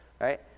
right